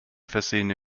versehene